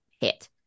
hit